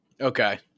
Okay